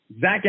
zach